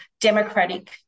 democratic